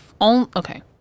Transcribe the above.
okay